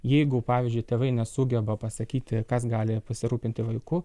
jeigu pavyzdžiui tėvai nesugeba pasakyti kas gali pasirūpinti vaiku